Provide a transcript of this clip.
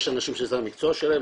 יש אנשים שזה המקצוע שלהם,